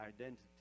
identity